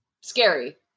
scary